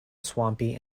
swampy